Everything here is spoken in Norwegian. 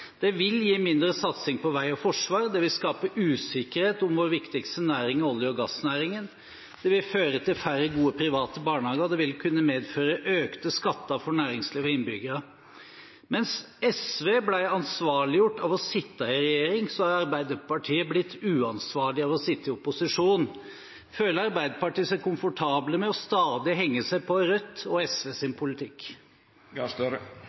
Det vil gi mindre satsing på vei og forsvar. Det vil skape usikkerhet om vår viktigste næring, olje- og gassnæringen. Det vil føre til færre gode private barnehager. Det vil kunne medføre økte skatter for næringsliv og innbyggere. Mens SV ble ansvarliggjort av å sitte i regjering, har Arbeiderpartiet blitt uansvarlig av å sitte i opposisjon. Føler Arbeiderpartiet seg komfortable med stadig å henge seg på Rødt og